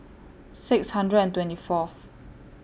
six hundred and twenty Fourth